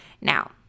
Now